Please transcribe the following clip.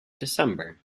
december